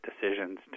decisions